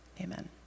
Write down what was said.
Amen